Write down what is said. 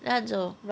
那种